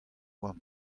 boa